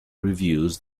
reviews